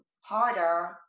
harder